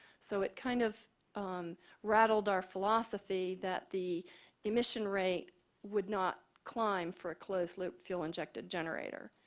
so, it kind of rattled our philosophy that the emission rate would not climb for a closed loop fuel injected generator.